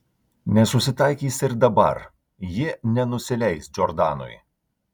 nesusitaikys ir dabar ji nenusileis džordanui